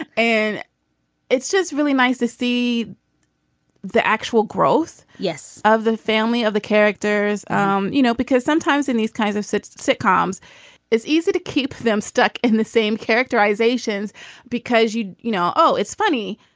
and and it's just really nice to see the actual growth. yes. of the family of the characters um you know because sometimes in these kinds of so sitcoms it's easy to keep them stuck in the same characterizations because you you know oh it's funny.